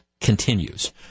continues